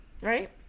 Right